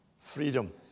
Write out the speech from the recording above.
freedom